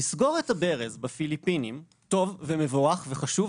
לסגור את הברז בפיליפינים טוב ומבורך וחשוב,